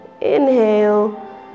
inhale